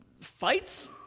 fights